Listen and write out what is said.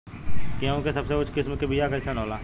गेहूँ के सबसे उच्च किस्म के बीया कैसन होला?